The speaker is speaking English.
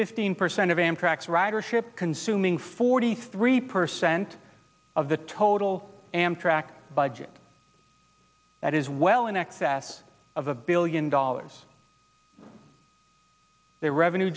fifteen percent of amtrak's ridership consuming forty three percent of the total amtrak by just that is well in excess of a billion dollars their revenue